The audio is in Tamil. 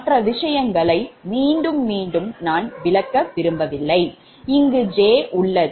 மற்ற விஷயங்கள் மீண்டும் மீண்டும் விளக்கவில்லை இங்கு j உள்ளது